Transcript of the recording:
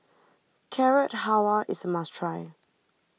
Carrot Halwa is a must try